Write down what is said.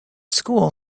school